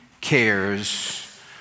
cares